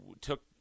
took